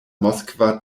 moskva